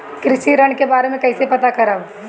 कृषि ऋण के बारे मे कइसे पता करब?